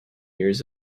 years